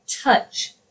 touch